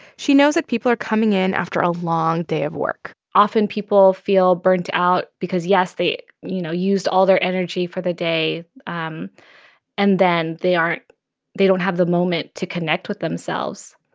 she knows that people are coming in after a long day of work often, people feel burnt out because, yes, they, you know, used all their energy for the day um and then they aren't they don't have the moment to connect with themselves.